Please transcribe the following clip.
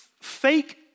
fake